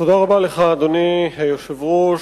אדוני היושב-ראש,